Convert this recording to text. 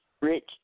rich